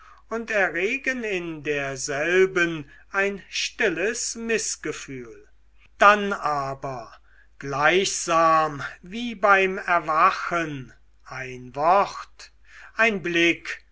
und erregen in derselben ein stilles mißgefühl dann aber gleichsam wie beim erwachen ein wort ein blick